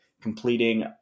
completing